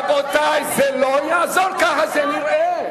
רבותי, זה לא יעזור, ככה זה נראה.